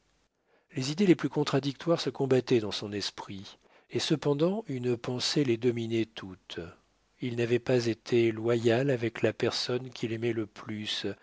les idées les plus contradictoires se combattaient dans son esprit et cependant une pensée les dominait toutes il n'avait pas été loyal avec la personne qu'il aimait le plus